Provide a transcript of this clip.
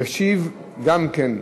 ישיב גם כן,